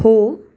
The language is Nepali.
हो